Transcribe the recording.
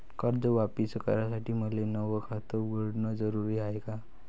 कर्ज वापिस करासाठी मले नव खात उघडन जरुरी हाय का?